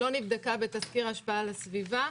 שלא נבדקה בתסקיר השפעה על הסביבה.